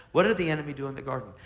what did the enemy do in the garden?